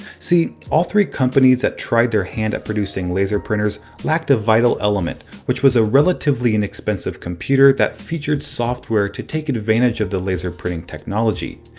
see, all three companies that tried their hand at producing laser printers lacked a vital element, which was a relatively inexpensive computer that featured software to take advantage of the laser printer technology.